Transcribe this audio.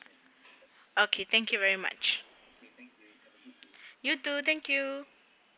okay thank you very much you too thank you